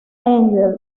angel